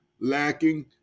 lacking